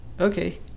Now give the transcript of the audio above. Okay